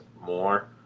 more